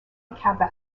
kappa